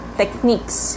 techniques